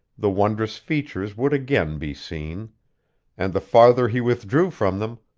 the wondrous features would again be seen and the farther he withdrew from them,